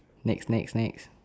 next next next